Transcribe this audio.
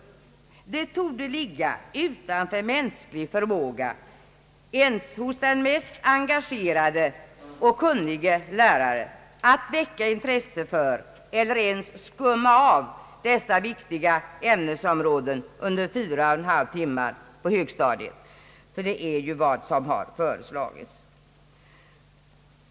Det torde ligga utanför mänsklig förmåga, även hos den mest engagerade och kunnige lärare, att väcka intresse för eller ens skumma av dessa viktiga ämnesområden under fyra och en halv timme på högstadiet — ty det är vad som har föreslagits.